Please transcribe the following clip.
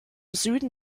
süden